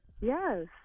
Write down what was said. Yes